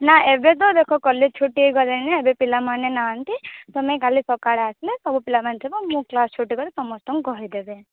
ନା ଏବେ ତ ଦେଖ କଲେଜ୍ ଛୁଟି ହେଇଗଲାଣି ନା ଏବେ ପିଲାମାନେ ନାହାନ୍ତି ତମେ କାଲି ସକାଳେ ଆସିଲେ ସବୁ ପିଲାମାନେ ଥିବ ମୁଁ କ୍ଲାସ୍ ଛୁଟି ପରେ ସମସ୍ତଙ୍କୁ କହିଦେବେ